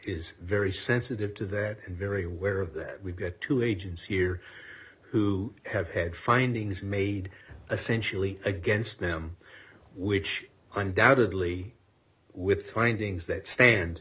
is very sensitive to that and very aware of that we've got two agents here who have had findings made a sensually against them which undoubtedly with findings that stand